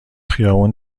خیابون